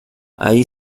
allí